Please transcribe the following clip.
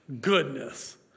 goodness